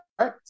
right